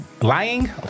lying